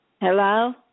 Hello